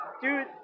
Dude